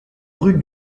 rue